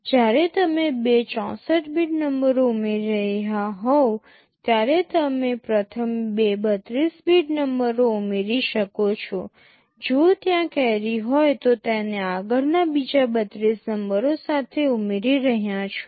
જ્યારે તમે બે 64 બીટ નંબરો ઉમેરી રહ્યા હોવ ત્યારે તમે પ્રથમ બે 3૨ બીટ નંબરો ઉમેરી શકો છો જો ત્યાં કે૨ી હોય તો તેને આગળના બીજા ૩૨ બીટ નંબરો સાથે ઉમેરી રહ્યા છો